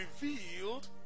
revealed